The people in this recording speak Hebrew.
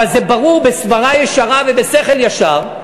אבל זה ברור בסברה ישרה ובשכל ישר,